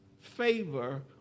favor